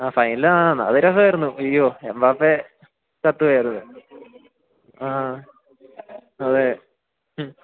ആ ഫൈനൽ ആ അതു രസമായിരുന്നു യ്യോ എംബാപ്പെ കത്തുകയായിരുന്നു ആ അതെ ഉം